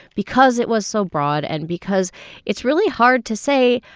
because it was so broad and because it's really hard to say,